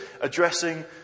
addressing